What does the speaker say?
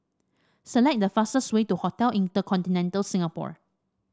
select the fastest way to Hotel InterContinental Singapore